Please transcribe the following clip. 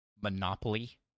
monopoly